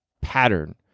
pattern